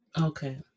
Okay